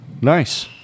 Nice